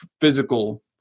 physical